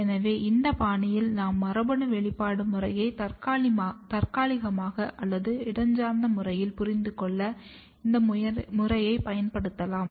எனவே இந்த பாணியில் நாம் மரபணு வெளிப்பாடு முறையையும் தற்காலிகமாக அல்லது இடஞ்சார்ந்த முறையில் புரிந்துகொள்ள இந்த முறையைப் பயன்படுத்தலாம்